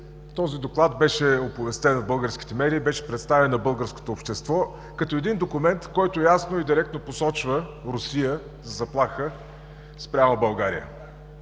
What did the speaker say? този Доклад беше оповестен от българските медии, беше представен на българското общество като документ, който ясно и директно посочва Русия като заплаха спрямо България.